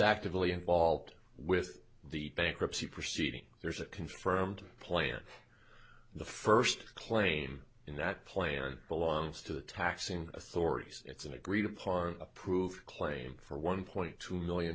actively involved with the bankruptcy proceeding there's a confirmed plan the first claim in that plan belongs to the taxing authorities it's an agreed upon approved claim for one point two million